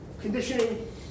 conditioning